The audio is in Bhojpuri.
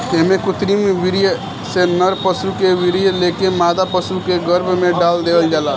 एमे कृत्रिम वीर्य से नर पशु के वीर्य लेके मादा पशु के गर्भ में डाल देहल जाला